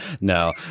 No